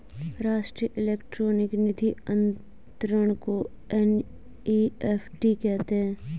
राष्ट्रीय इलेक्ट्रॉनिक निधि अनंतरण को एन.ई.एफ.टी कहते हैं